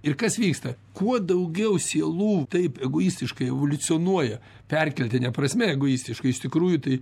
ir kas vyksta kuo daugiau sielų taip egoistiškai evoliucionuoja perkeltine prasme egoistiškai iš tikrųjų tai